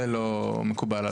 זה לא מקובל עלינו.